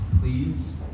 please